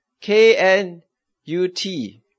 K-N-U-T